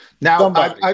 Now